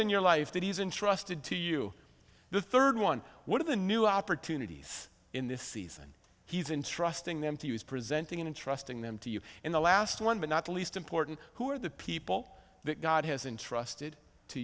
in your life that is intrusted to you the third one one of the new opportunities in this season he's in thrusting them to use presenting and trusting them to you in the last one but not least important who are the people that god has entrusted to